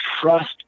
trust